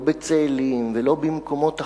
לא בצאלים ולא במקומות אחרים,